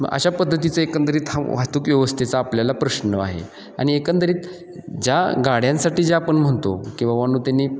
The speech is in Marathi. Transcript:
मग अशा पद्धतीचं एकंदरीत हा वाहतूक व्यवस्थेचा आपल्याला प्रश्न आहे आणि एकंदरीत ज्या गाड्यांसाठी जे आपण म्हणतो की बाबांनो त्यांनी